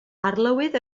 arlywydd